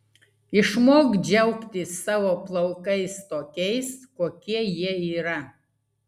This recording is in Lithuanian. išmok džiaugtis savo plaukais tokiais kokie jie yra